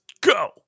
go